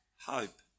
hope